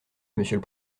monsieur